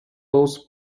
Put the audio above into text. both